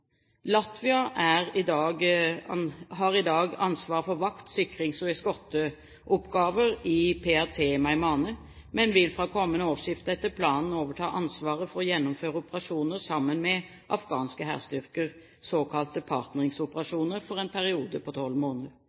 Latvia har i dag ansvar for vakt-, sikrings- og eskorteoppgaver i PRT i Meymaneh, men vil fra kommende årsskifte etter planen overta ansvaret for å gjennomføre operasjoner sammen med afghanske hærstyrker, såkalte partnering-operasjoner, for en periode på tolv måneder.